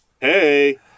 Hey